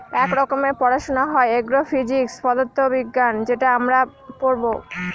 এক রকমের পড়াশোনা হয় এগ্রো ফিজিক্স পদার্থ বিজ্ঞান যেটা আমি পড়বো